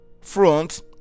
front